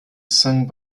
sung